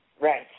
Right